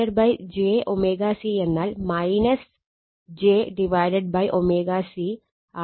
1j ω C എന്നാൽ j ω C ആണ്